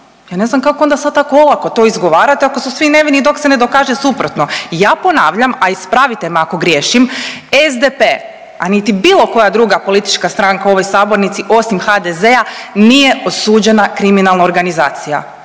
Ja ne znam kako onda sad to olako to izgovarate ako su svi nevini dok se ne dokaže suprotno. Ja ponavljam, a ispravite me ako griješim SDP, a niti bilo koja druga politička stranka u ovoj sabornici osim HDZ-a nije osuđena kriminalna organizacija